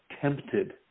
tempted